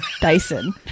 Dyson